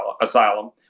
asylum